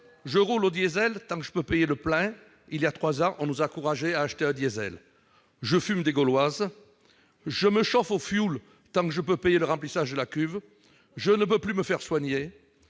Je roule au diesel tant que je peux payer le plein- voilà trois ans, on nous encourageait à acheter un véhicule diesel ... Je fume des Gauloises. Je me chauffe au fioul tant que je peux payer le remplissage de ma cuve. Je ne peux plus me faire soigner.